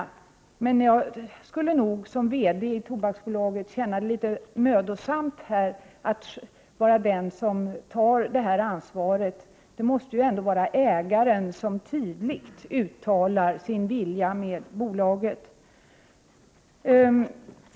Om jag vore VD i bolaget skulle jag känna det som litet mödosamt att vara den som tar detta ansvar. Det måste ändå vara ägaren som tydligt uttalar sin vilja med bolaget.